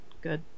good